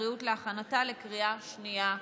הבריאות להכנתה לקריאה שנייה ושלישית.